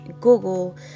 Google